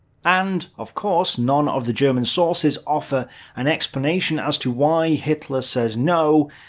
and, of course, none of the pro-german sources offer an explanation as to why hitler says no.